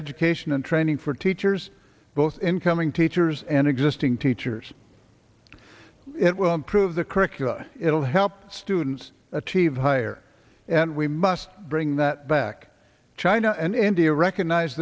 education and training for teachers both incoming teachers and existing teachers it will improve the curriculum it will help students achieve higher and we must bring that back to china and india recognize